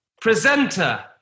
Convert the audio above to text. presenter